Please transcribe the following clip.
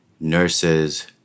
nurses